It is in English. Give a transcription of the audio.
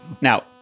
Now